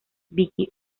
vicky